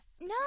No